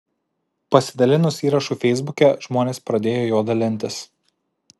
pasidalinus įrašu feisbuke žmonės pradėjo juo dalintis